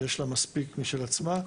יש לה מספיק משל עצמה.